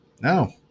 No